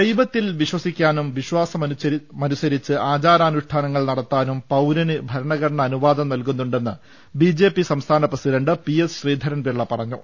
ദൈവത്തിൽ വിശ്വസിക്കാനും വിശ്വാസമനു സരിച്ച് ആചാരാനുഷ്ടാനങ്ങൾ നടത്താനും പൌരന് ഭരണഘടന അനുവാദം നൽകുന്നുണ്ടെന്ന് ബിജെപി സംസ്ഥാന പ്രസിഡന്റ് പിഎസ് ശ്രീധരൻപിള്ള പറഞ്ഞു